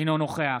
אינו נוכח